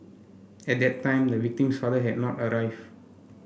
at that time the victim's father had not arrived